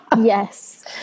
Yes